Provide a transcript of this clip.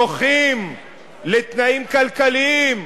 זוכים לתנאים כלכליים,